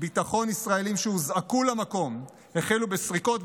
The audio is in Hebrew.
ביטחון ישראליים שהוזעקו למקום החלו בסריקות,